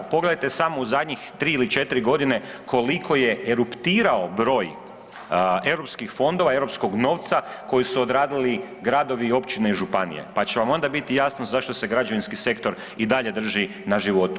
Pogledajte samo u zadnjih 3 ili 4 godine koliko je eruptirao broj europskih fondova, europskog novca koji su odradili gradovi, općine i županije pa će vam onda biti jasno zašto se građevinski sektor i dalje drži na životu.